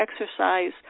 exercise